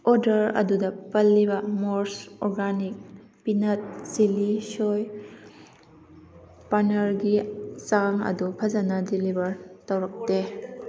order ꯑꯗꯨꯗ ꯄꯜꯂꯤꯕ ꯃꯨꯔꯁ ꯑꯣꯔꯒꯥꯅꯤꯛ ꯄꯤꯅꯠ ꯆꯤꯂꯤ ꯁꯣꯏ ꯄꯅꯤꯔꯒꯤ ꯆꯥꯡ ꯑꯗꯨ ꯐꯖꯅ ꯗꯤꯂꯤꯚꯔ ꯇꯧꯔꯛꯇꯦ